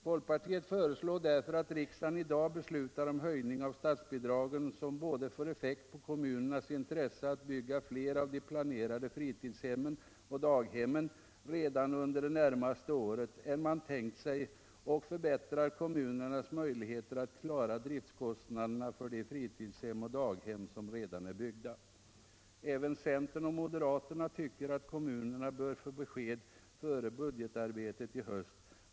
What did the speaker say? Folkpartiet föreslår därför att riksdagen i dag beslutar om höjning av statsbidragen som både får effekt på kommunernas intresse att bygga fler av de planerade fritidshemmen och daghemmen redan under det närmaste året än man tänkt sig, och förbättrar kommunernas möjligheter att klara driftkostnaderna för de fritidshem och daghem som redan är byggda. Även centern och moderaterna tycker att kommunerna bör få besked före budgetarbetet i höst.